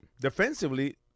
defensively